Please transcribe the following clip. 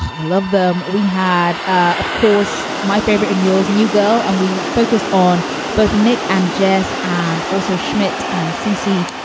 i love them. we had, of course, my favorite in yours, new girl. and we focused on both nick and jess and also schmidt and c c